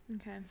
Okay